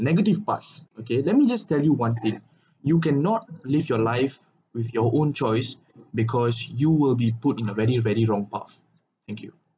negative path okay let me just tell you one thing you cannot live your life with your own choice because you will be put in a very very wrong path thank you